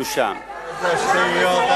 שלושה ימים,